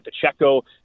Pacheco